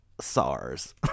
SARS